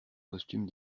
costume